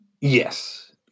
Yes